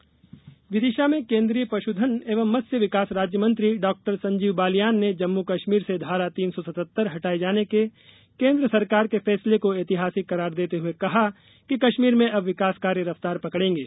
बालियान विदिशा में केन्द्रीय पशुधन एवं मत्स्य विकास राज्य मंत्री डाक्टर संजीव बालियान ने जम्मू कश्मीर से धारा तीन सौ सत्तर हटाये जाने के केन्द्र सरकार के फैसले को ऐतिहासिक करार देते हुए कहा कि कश्मीर में अब विकासकार्य रफ्तार पकडेगें